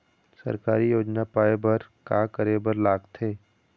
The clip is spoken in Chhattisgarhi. सरकारी योजना पाए बर का करे बर लागथे?